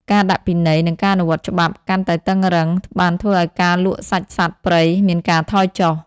ការដាក់ពិន័យ និងការអនុវត្តច្បាប់កាន់តែតឹងរ៉ឹងបានធ្វើឱ្យការលក់សាច់សត្វព្រៃមានការថយចុះ។